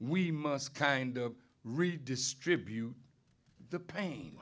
we must kind redistribute the pain